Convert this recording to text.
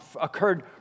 occurred